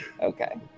Okay